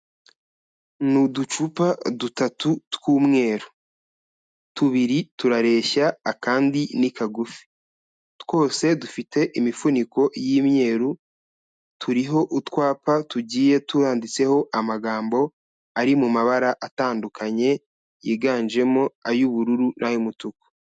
Ni uducupa dutatu tw'umweru, tubiri turareshya akandi ni kagufi, twose dufite imifuniko y'imyeru, turiho utwapa tugiye twanditseho amagambo ari mu mabara atandukanye, yiganjemo ay'ubururu n'ay'umutuku.